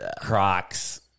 Crocs